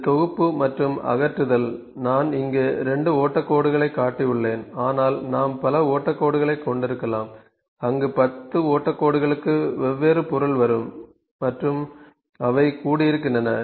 இது தொகுப்பு மற்றும் அகற்றுதல் நான் இங்கே 2 ஓட்டக் கோடுகளைக் காட்டியுள்ளேன் ஆனால் நாம் பல ஓட்டக் கோடுகளைக் கொண்டிருக்கலாம் அங்கு 10 ஓட்டக் கோடுகளுக்கு வெவ்வேறு பொருள் வரும் மற்றும் அவை கூடியிருக்கின்றன